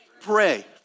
pray